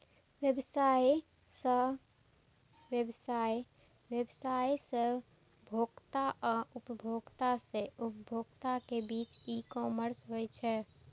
व्यवसाय सं व्यवसाय, व्यवसाय सं उपभोक्ता आ उपभोक्ता सं उपभोक्ता के बीच ई कॉमर्स होइ छै